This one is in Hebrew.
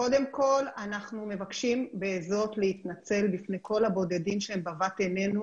קודם כל אנחנו מבקשים בזאת להתנצל בפני כל הבודדים שהם בבת עינינו